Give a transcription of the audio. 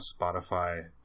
spotify